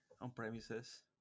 on-premises